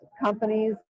companies